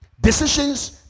decisions